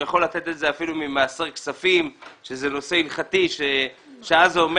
והוא יכול לתת את זה אפילו ממעשר כספים שזה נושא הלכתי ואז זה אומר